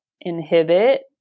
inhibit